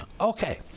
Okay